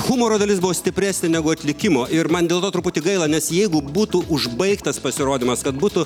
humoro dalis buvo stipresnė negu atlikimo ir man dėl to truputį gaila nes jeigu būtų užbaigtas pasirodymas kad būtų